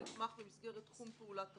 הנתמך במסגרת תחום פעולה - תרבות,